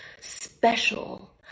special